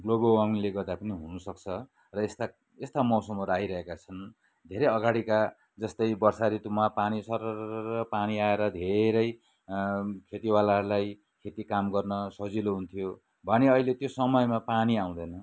global वर्मिङले गर्दा पनि हुन सक्छ र यस्ता यस्ता मौसमहरू आइरहेका छन् धेरै अगाडिका जस्तै वर्षा ऋतुमा पानी सरररररर पानी आएर धेरै खेतीवालाहरूलाई खेती काम गर्न सजिलो हुन्थ्यो भने अहिले त्यो समयमा पानी आउँदैन